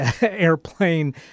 airplane